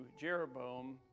Jeroboam